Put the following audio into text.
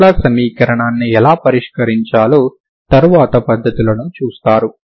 ఈ లాప్లస్ సమీకరణాన్ని ఎలా పరిష్కరించాలో తర్వాత పద్ధతులను చూస్తారు